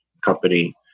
company